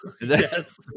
yes